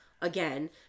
again